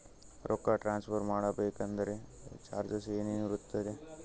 ರೊಕ್ಕ ಟ್ರಾನ್ಸ್ಫರ್ ಮಾಡಬೇಕೆಂದರೆ ಚಾರ್ಜಸ್ ಏನೇನಿರುತ್ತದೆ?